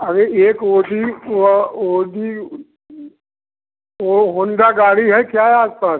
अरे एक ओजी वो ओजी वो होंडा गाड़ी है क्या आपके पास